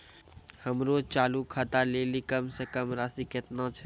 हमरो चालू खाता लेली कम से कम राशि केतना छै?